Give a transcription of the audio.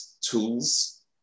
tools